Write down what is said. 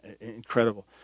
Incredible